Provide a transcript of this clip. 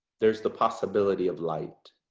there's the possibility of light,